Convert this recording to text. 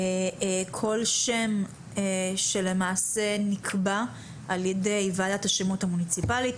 כל שם שלמעשה נקבע על ידי ועדת השמות המוניציפלית,